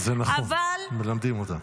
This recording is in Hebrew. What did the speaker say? זה נכון, מלמדים אותם.